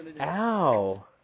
ow